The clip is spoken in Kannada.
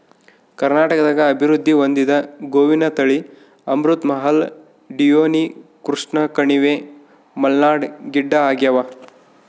ಕರ್ನಾಟಕದಾಗ ಅಭಿವೃದ್ಧಿ ಹೊಂದಿದ ಗೋವಿನ ತಳಿ ಅಮೃತ್ ಮಹಲ್ ಡಿಯೋನಿ ಕೃಷ್ಣಕಣಿವೆ ಮಲ್ನಾಡ್ ಗಿಡ್ಡಆಗ್ಯಾವ